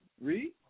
Read